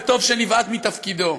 וטוב שנבעט מתפקידו.